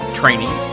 training